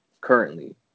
currently